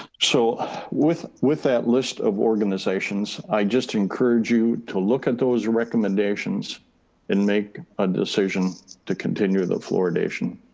so with with that list of organizations, i just encourage you to look at those recommendations and make a decision to continue the fluoridation.